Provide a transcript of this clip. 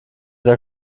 der